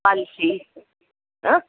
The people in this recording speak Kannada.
ಪಾಲಿಸಿ ಆ